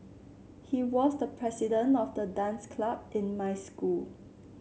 he was the president of the dance club in my school